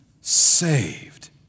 saved